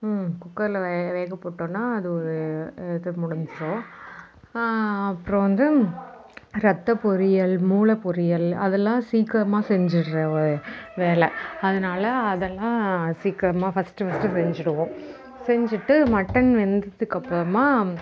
குக்கர்ல வே வேகப் போட்டோம்னா அது ஒரு இது முடிஞ்சிடும் அப்புறம் வந்து ரத்த பொரியல் மூளை பொரியல் அதெல்லாம் சீக்கிரமா செஞ்சிடுற ஒரு வேலை அதனால் அதெல்லாம் சீக்கரமாக ஃபஸ்ட்டு ஃபஸ்ட்டு செஞ்சிடுவோம் செஞ்சிட்டு மட்டன் வெந்ததுக்கு அப்புறமா